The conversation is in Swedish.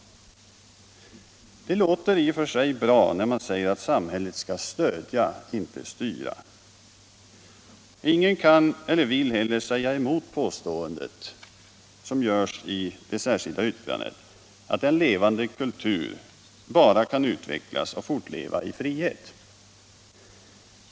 Det låter i och för sig bra när man säger att samhället skall stödja men inte styra. Ingen kan eller vill heller säga emot påståendet som görs i det särskilda yttrandet, att en levande kultur bara kan utvecklas och fortleva i frihet.